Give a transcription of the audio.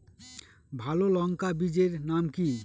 ভালো লঙ্কা বীজের নাম কি?